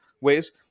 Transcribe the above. ways